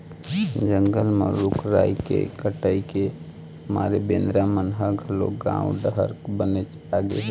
जंगल म रूख राई के कटई के मारे बेंदरा मन ह घलोक गाँव डहर बनेच आगे हे